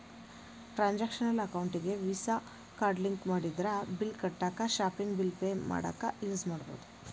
transactional ಅಕೌಂಟಿಗಿ Visa card link ಮಾಡಿದ್ರ bill ಕಟ್ಟಾಕ ಶಾಪಿಂಗ್ ಬಿಲ್ ಪೆ ಮಾಡಾಕ ಯೂಸ್ ಮಾಡಬೋದು